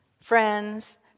friends